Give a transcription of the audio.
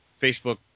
facebook